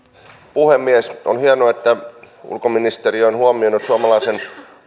puhemies on hienoa että ulkoministeriö on huomioinut suomalaisen